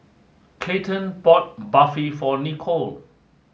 Clayton bought Barfi for Nicolle